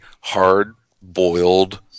hard-boiled